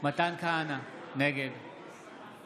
מתן כהנא, נגד